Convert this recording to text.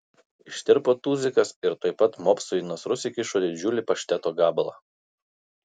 ištirpo tuzikas ir tuoj pat mopsui į nasrus įkišo didžiulį pašteto gabalą